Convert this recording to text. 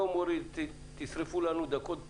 לא מוריד תשרפו לנו דקות דיון,